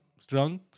strong